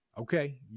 okay